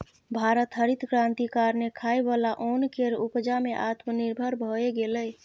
भारत हरित क्रांति कारणेँ खाइ बला ओन केर उपजा मे आत्मनिर्भर भए गेलै